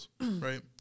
right